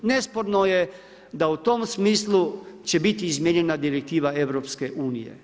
Nesporno je da u tom smislu će biti izmijenjena direktiva EU.